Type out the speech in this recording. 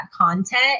content